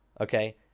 Okay